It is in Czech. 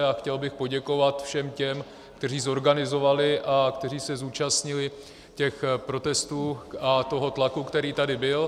A chtěl bych poděkovat všem těm, kteří zorganizovali a kteří se zúčastnili těch protestů a toho tlaku, který tady byl.